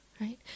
right